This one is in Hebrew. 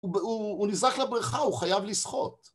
הוא נזרק לבריכה, הוא חייב לשחות.